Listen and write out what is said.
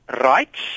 rights